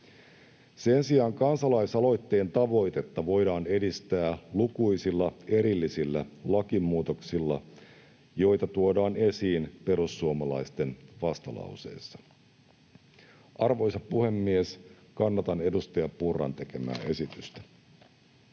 Sen sijaan kansalaisaloitteen tavoitetta voidaan edistää lukuisilla erillisillä lakimuutoksilla, joita tuodaan esiin perussuomalaisten vastalauseessa. Arvoisa puhemies! Kannatan edustaja Purran tekemää esitystä.